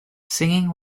singing